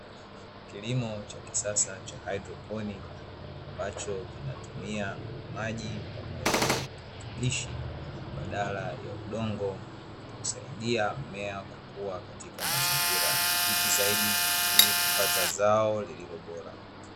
Kilimo cha kisasa cha haidroponi, ambacho kinatumia maji pamoja na virutubishi badala ya udongo, husaidia mmea kukua katika mazingira rafiki zaidi ili kupata zao lililo bora.